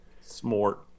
Smart